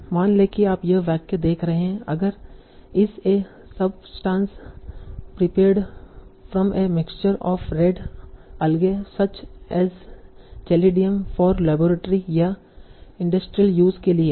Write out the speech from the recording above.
मान लें कि आप यह वाक्य देख रहे हैं अगर इस a substance prepared from a mixture of red algae such as gelidium for laboratory या इंडस्ट्रियल यूज़ के लिए है